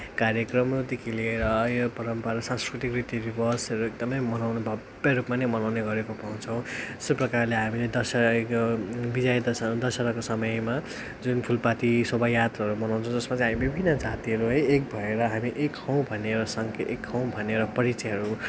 कार्यक्रमदेखि लिएर या परम्परा सांस्कृतिक रीति रिवाजहरू एकदमै मनाउने भव्य रूपमा नै मनाउने गरेको पाउँछौँ यसै प्रकारले हामीले दशहरा यो बिजयदस दशहराको समयमा जुन फुलपाती शोभा यात्राहरू मनाउँछौँ जसमा चाहिँ हामी विभिन्न जातिहरू है एक भएर हामी एक हौँ भनेर शङ्केत एक हौँ परिचयहरू